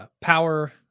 Power